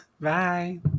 bye